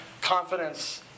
confidence